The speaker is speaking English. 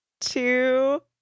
Two